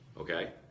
Okay